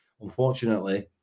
Unfortunately